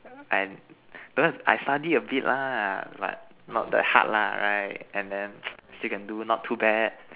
and don't have I study a bit lah but not that hard lah right and then still can do not too bad